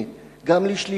אלדד.